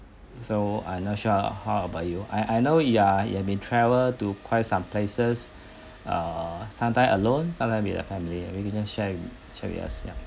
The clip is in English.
so I'm not sure how about you I I know you are travel to quite some places err sometime alone sometime with the family I mean just share with share with us ya